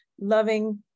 loving